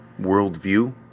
worldview